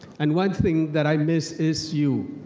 and one thing that i miss, is you,